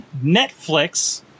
netflix